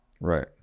Right